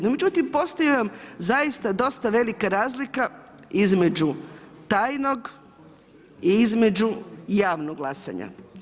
No međutim, postoji jedan zaista dosta velika razlika između tajnog i između javnog glasanja.